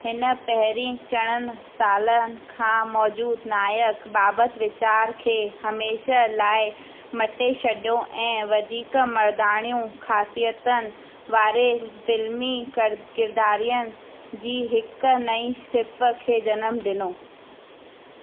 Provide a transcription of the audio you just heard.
हिन पहिरीं चङनि सालनि खां मौजूदु नाइक बाबति वीचार खे हमेशा लाइ मटे छॾियो ऐं वधीक मर्दाणियूं ख़ासियतुनि वारे फ़िल्मी किरदारनि जी हिकु नईं सिफ़ खे जनमु ॾिनो